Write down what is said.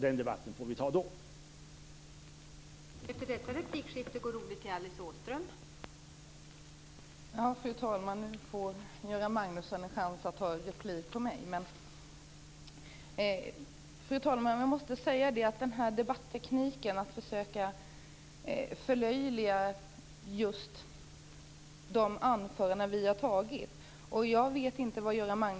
Den debatten får vi alltså ta senare.